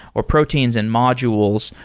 or proteins and modules,